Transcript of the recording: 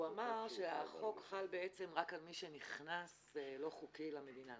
הוא אמר שהחוק חל רק על מי שנכנס לא חוקית למדינה,